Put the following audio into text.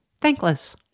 thankless